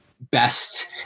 best